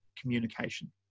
communication